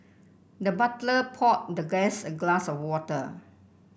the butler poured the guest a glass of water